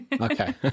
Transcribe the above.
okay